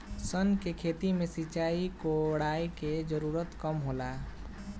सन के खेती में सिंचाई, कोड़ाई के जरूरत कम होला